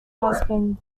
husband